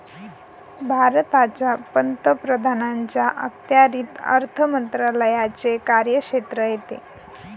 भारताच्या पंतप्रधानांच्या अखत्यारीत अर्थ मंत्रालयाचे कार्यक्षेत्र येते